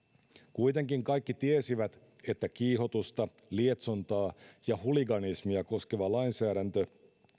kuitenkin kaikki tiesivät että kiihotusta lietsontaa ja huliganismia koskeva lainsäädäntö